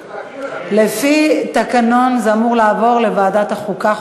לפי התקנון זה אמור לעבור לוועדת החוקה,